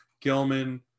Gilman